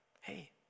Hey